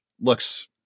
looks